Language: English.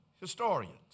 historians